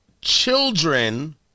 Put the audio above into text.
children